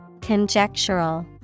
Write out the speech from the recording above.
Conjectural